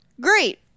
Great